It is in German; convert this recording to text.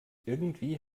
irgendwie